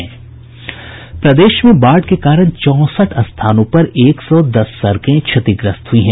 प्रदेश में बाढ़ के कारण चौंसठ स्थानों पर एक सौ दस सड़कें क्षतिग्रस्त हुई हैं